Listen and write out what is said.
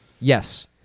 yes